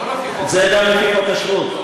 זה גם לפי חוק השבות.